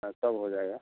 हाँ सब हो जाएगा